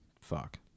fuck